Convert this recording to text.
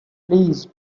please